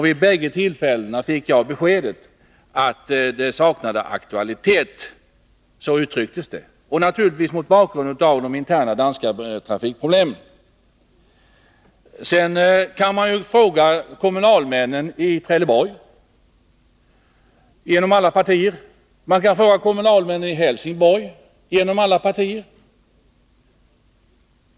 Vid båda tillfällena fick jag beskedet att frågan ”saknade aktualitet” — så uttrycktes det, naturligtvis mot bakgrund av de interna danska trafikproblemen. Man kan ju också fråga Trelleborgs kommunalmän inom alla partier, och man kan fråga Helsingborgs kommunalmän inom alla partier.